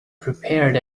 prepared